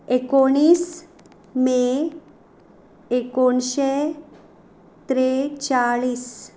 एकोणीस मे एकोणशे त्रेचाळीस